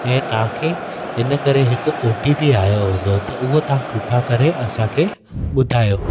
ऐं तव्हांखे इनकरे हिक ओ टी पी आयो हूंदो त उहा तव्हां कृपा करे असांखे ॿुधायो